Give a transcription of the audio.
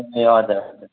ए हजुर